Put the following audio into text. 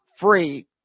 free